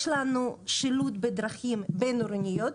יש לנו שילוט בדרכים בין עירוניות,